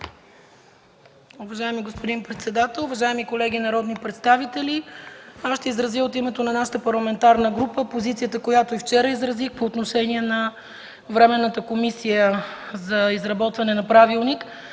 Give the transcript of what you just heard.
Уважаеми господин председател, уважаеми колеги народни представители! Ще изразя от името на нашата парламентарна група позицията, която и вчера изразих, по отношение на Временната комисия за изработване на Правилник